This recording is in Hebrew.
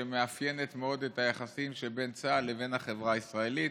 שמאפיינת מאוד את היחסים שבין צה"ל לבין החברה הישראלית.